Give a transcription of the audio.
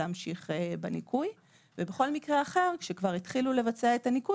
להמשיך בניכוי; ובכל מקרה אחר כשכבר התחילו לבצע את הניכוי